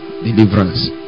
deliverance